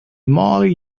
moly